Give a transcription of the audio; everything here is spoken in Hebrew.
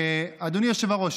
אדוני היושב-ראש,